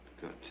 Good